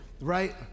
Right